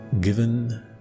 given